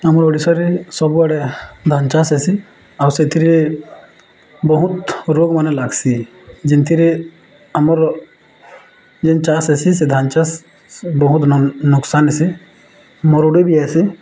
ଆମ ଓଡ଼ିଶାରେ ସବୁଆଡ଼େ ଧାନ ଚାଷ ହେସି ଆଉ ସେଥିରେ ବହୁତ ରୋଗମାନେ ଲାଗ୍ସି ଯେନ୍ତିରେ ଆମର ଯେନ୍ ଚାଷ ହେସି ସେ ଧାନ ଚାଷ ବହୁତ ନୋକସାନ୍ ହେସି ମରୁଡ଼େ ବି ହେସି